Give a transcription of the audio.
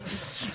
השתתפותכם.